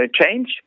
change